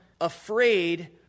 afraid